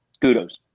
Kudos